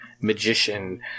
magician